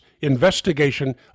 investigation